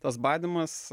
tas badymas